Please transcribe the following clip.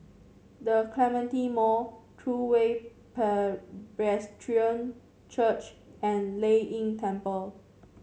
The Clementi Mall True Way Presbyterian Church and Lei Yin Temple